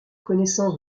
connaissance